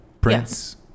Prince